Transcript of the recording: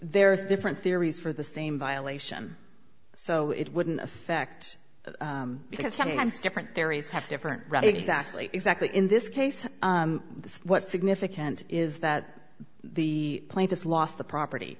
there's different theories for the same violation so it wouldn't affect because sometimes different areas have different right exactly exactly in this case what's significant is that the plane just lost the property